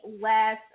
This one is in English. last